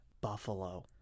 Buffalo